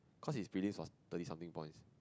cause his prelims was thirty something points